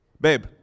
Babe